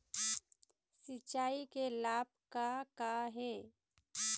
सिचाई के लाभ का का हे?